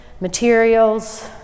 materials